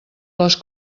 les